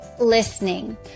listening